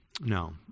No